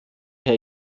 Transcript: herr